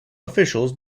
officials